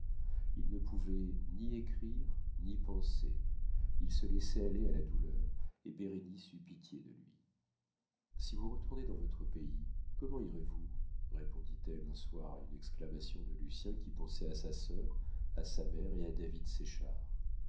il ne pouvait ni écrire ni penser il se laissait aller à la douleur et bérénice eut pitié de lui si vous retournez dans votre pays comment irez-vous répondit-elle un soir à une exclamation de lucien qui pensait à sa sœur à sa mère et à david séchard